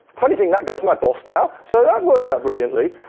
funny thing that guy's my boss now, so that worked out brilliantly.